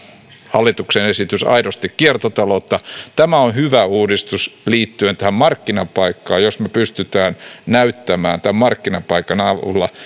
hallituksen esitys aidosti kiertotaloutta tämä on hyvä uudistus liittyen tähän markkinapaikkaan jos me pystymme näyttämään tämän markkinapaikan avulla